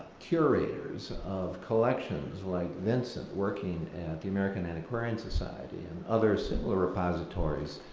curators of collections like vincent working at the american antiquarian society and other similar repositories,